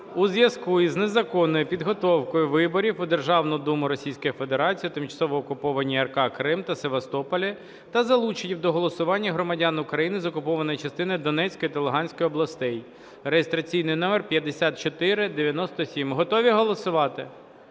у зв’язку із незаконною підготовкою виборів у Державну Думу Російської Федерації у тимчасово окупованій АР Крим та Севастополі та з залученням до голосування громадян України з окупованої частині Донецької та Луганської областей (реєстраційний номер 5497). Готові голосувати?